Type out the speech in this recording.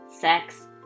sex